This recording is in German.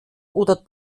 oder